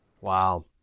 Wow